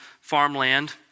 farmland